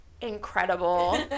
incredible